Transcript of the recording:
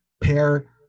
pair